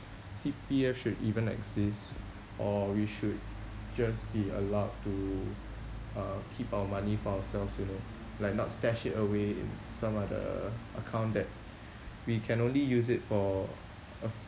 C_P_F should even exist or we should just be allowed to uh keep our money for ourselves you know like not stash it away in some other account that we can only use it for uh